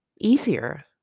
easier